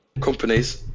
companies